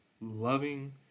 loving